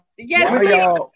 Yes